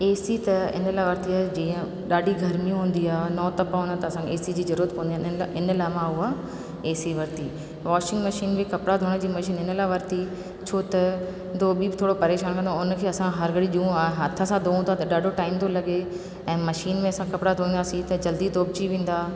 AC त इन लाइ वरिती आहे जीअं ॾाढी गरमी हूंदी आहे नौ तपा हूंदा आहिनि त असांखे एसी जी ज़रूरत पवंदी आहे इन इन लाइ मां उहा एसी वरिती वॉशिंग मशीन बि कपिड़ा धुअण जी मशीन इन लाइ वरिती छो त धोबी बि थोरो परेशान कंदो आहे उन खे असां हर घणी जूं हथ सां धोऊं था त ॾाढो टाइम थो लॻे ऐं मशीन में असां कपिड़ा धुअंदासीं त जल्दी धोपिजी वेंदा